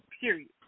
period